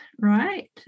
right